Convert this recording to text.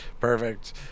perfect